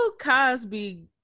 cosby